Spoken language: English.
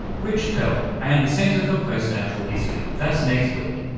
rich pell and the centre for post natural history. that's next week.